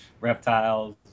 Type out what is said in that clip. Reptiles